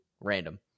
random